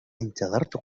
انتظرت